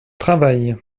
travail